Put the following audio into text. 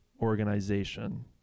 organization